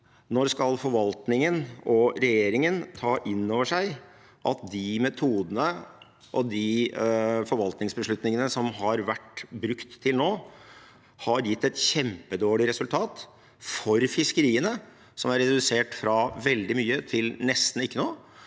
Når skal forvaltningen og regjeringen ta inn over seg at de metodene og de forvaltningsbeslutningene som har vært brukt til nå, har gitt et kjempedårlig resultat for fiskeriene, som er redusert fra veldig mye til nesten ikke noe,